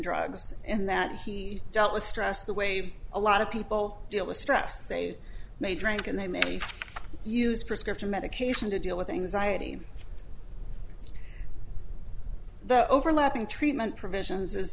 drugs and that he dealt with stress the way a lot of people deal with stress they may drink and they may use prescription medication to deal with anxiety in the overlapping treatment provisions